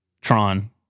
Tron